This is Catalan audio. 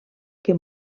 que